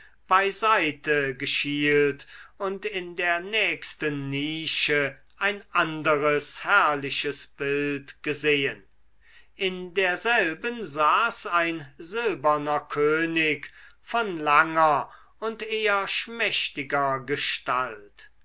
beiseite geschielt und in der nächsten nische ein anderes herrliches bild gesehen in derselben saß ein silberner könig von langer und eher schmächtiger gestalt